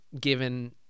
given